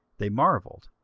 they marvelled